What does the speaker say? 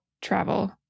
travel